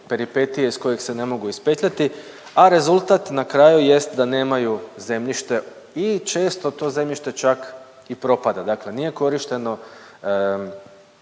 peripetije iz kojih se ne mogu ispetljati, a rezultat na kraju jest da nemaju zemljište i često to zemljište čak i propada dakle, nije korišteno,